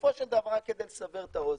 בסופו של דבר, רק כדי לסבר את האוזן,